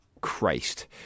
Christ